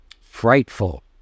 frightful